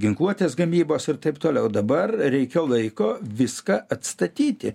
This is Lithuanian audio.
ginkluotės gamybos ir taip toliau dabar reikia laiko viską atstatyti